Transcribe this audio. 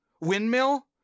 windmill